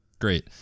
Great